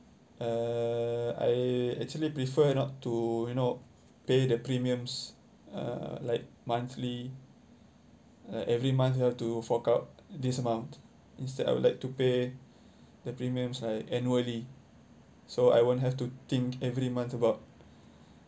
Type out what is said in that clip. uh I actually prefer not to you know pay the premiums uh like monthly like every month you have to fork out this amount instead I would like to pay the premiums like annually so I won't have to think every month about